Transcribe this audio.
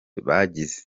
bagize